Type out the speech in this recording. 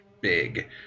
big